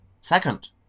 Second